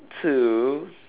to